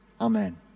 Amen